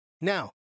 Now